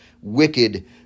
wicked